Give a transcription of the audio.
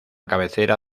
cabecera